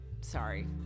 sorry